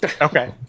Okay